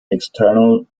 external